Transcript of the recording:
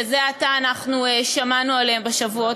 שזה עתה שמענו עליהם,